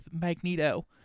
Magneto